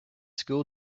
school